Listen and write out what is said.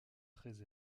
très